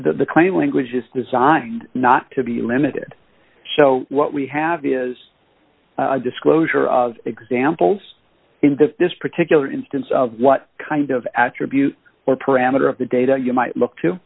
the claim language is designed not to be limited so what we have is a disclosure of examples in the this particular instance of what kind of attribute or parameter of the data you might look to